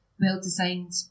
well-designed